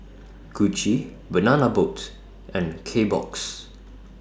Gucci Banana Boat and Kbox